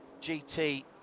GT